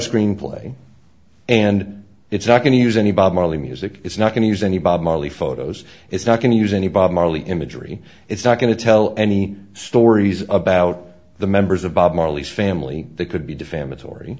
screenplay and it's not going to use any bob marley music it's not going to use any bob marley photos it's not going to use any bob marley imagery it's not going to tell any stories about the members of bob marley's family they could be defamatory